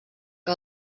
que